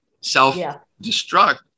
self-destruct